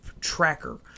tracker